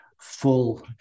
full